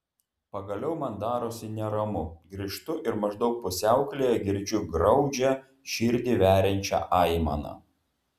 pagaliau man darosi neramu grįžtu ir maždaug pusiaukelėje girdžiu graudžią širdį veriančią aimaną